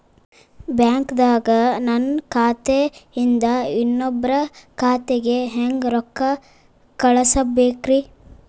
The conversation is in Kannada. ಬ್ಯಾಂಕ್ದಾಗ ನನ್ ಖಾತೆ ಇಂದ ಇನ್ನೊಬ್ರ ಖಾತೆಗೆ ಹೆಂಗ್ ರೊಕ್ಕ ಕಳಸಬೇಕ್ರಿ?